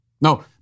No